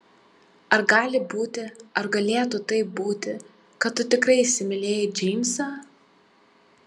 ar gali būti ar galėtų taip būti kad tu tikrai įsimylėjai džeimsą